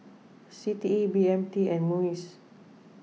C T E B M T and Muis